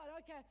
okay